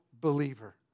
believer